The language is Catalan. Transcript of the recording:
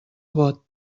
vot